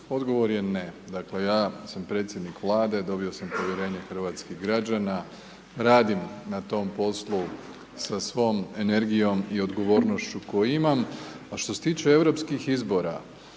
Odgovor je ne. Dakle, ja sam predsjednik Vlade, dobio sam povjerenje hrvatskih građana, radim na tom poslu sa svom energijom i odgovornošću koju imam, a što se tiče europskih izbora,